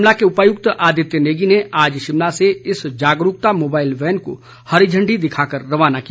शिमला के उपायुक्त आदित्य नेगी ने आज शिमला से इस जागरूकता मोबाईल वैन को हरी झंडी दिखा कर रवाना किया